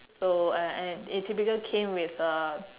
so I and it typical came with a